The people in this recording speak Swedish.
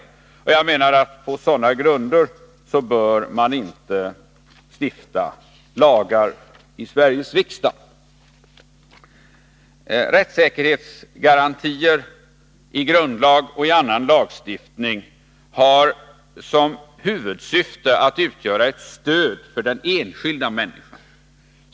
På sådana grunder, menar jag, bör man inte stifta lagar i Sveriges riksdag. Rättssäkerhetsgarantier i grundlag och i annan lagstiftning har som huvudsyfte att utgöra ett stöd för den enskilda människan.